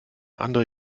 andere